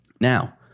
Now